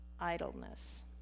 idleness